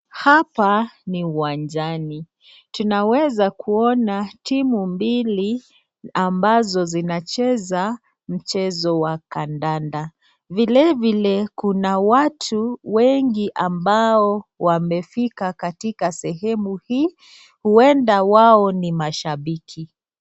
Hapa ni uwanjani, tunaweza kuona timu mbili ambazo zinacheza mchezo wa kandanda, vilevile kuna watu wengi ambao wamefika katika sehemu hii huenda wao ni mashabiki .